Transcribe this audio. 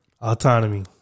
autonomy